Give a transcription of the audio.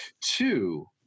Two